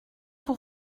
pour